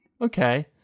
okay